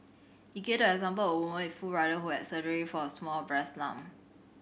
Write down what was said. he gave the example of a woman with full rider who had surgery for a small breast lump